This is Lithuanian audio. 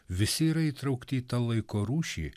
visi yra įtraukti į tą laiko rūšį